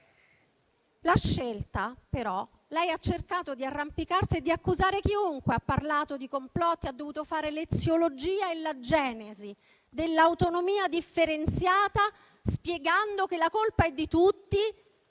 è deleterio. Lei ha cercato di arrampicarsi e di accusare chiunque, ha parlato di complotti, ha dovuto fare l'eziologia e la genesi dell'autonomia differenziata, spiegando che la colpa è di tutti,